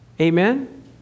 Amen